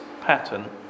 pattern